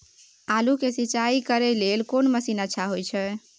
आलू के सिंचाई करे लेल कोन मसीन अच्छा होय छै?